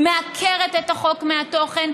היא מעקרת את החוק מתוכן,